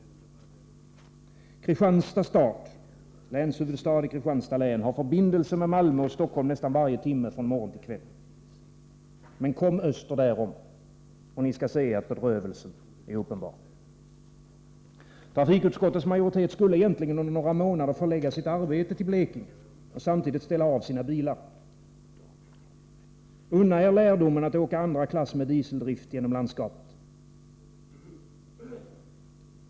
Kristianstad stad — länshuvudstad i Kristianstads län — har förbindelser med Malmö och Stockholm nästan varje timme från morgon till kväll. Men kom öster därom, och ni skall se att bedrövelsen är uppenbar. Trafikutskottets majoritet skulle egentligen under några månader förlägga sitt arbete till Blekinge och samtidigt ställa av sina bilar. Unna er lärdomen att åka andra klass med dieseldrift genom landskapet!